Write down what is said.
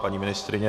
Paní ministryně?